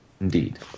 indeed